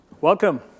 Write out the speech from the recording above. Welcome